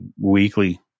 weekly